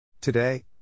Today